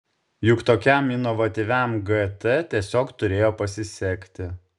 juk tokiam inovatyviam gt tiesiog turėjo pasisekti